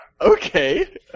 okay